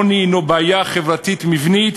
עוני הוא בעיה חברתית מבנית,